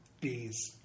Bees